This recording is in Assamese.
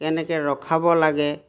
কেনেকৈ ৰখাব লাগে